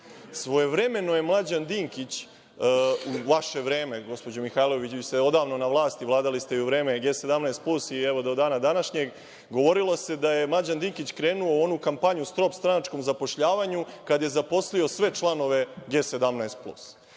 Svojevremeno je Mlađan Dinkić u vaše vreme, gospođo Mihajlović, vi ste odavno na vlasti, vladali ste i u vreme G 17 plus i, evo, do dana današnjeg, govorilo se da je Mlađan Dinkić krenuo u onu kampanju „stop stranačkom zapošljavanju“ kada je zaposlio sve članove G 17